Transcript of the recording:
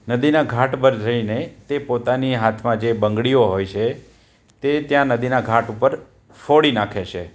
નદીના ઘાટ પર જઈને તે પોતાની હાથમાં જે બંગડીઓ હોય છે તે ત્યાં નદીના ઘાટ ઉપર ફોડી નાખે છે